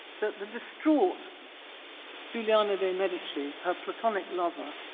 that the distraught giuliana de medici, her platonic lover,